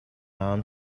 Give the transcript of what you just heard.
arm